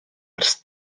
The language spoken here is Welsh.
ers